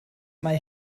mae